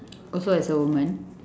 also as a woman